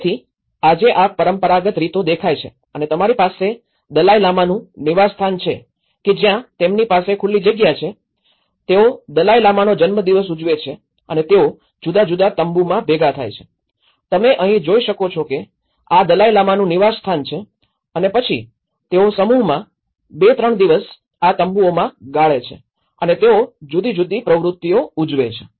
તેથી આજે આ પરંપરાગત રીતો દેખાય છે અને તમારી પાસે દલાઈ લામાનું નિવાસસ્થાન છે કે જ્યાં તેમની પાસે ખુલ્લી જગ્યા છે તેઓ દલાઈ લામાનો જન્મદિવસ ઉજવે છે અને તેઓ જુદા જુદા તંબુમાં ભેગા થાય છે તમે અહીં જોઈ શકો છો કે આ દલાઈ લામાનું નિવાસસ્થાન છે અને પછી તેઓ સમૂહમાં ૨ ૩ દિવસ આ તંબુઓમાં ગાળે છે અને તેઓ જુદી જુદી પ્રવૃત્તિઓ ઉજવે છે